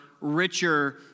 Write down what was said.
richer